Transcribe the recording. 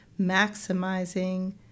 maximizing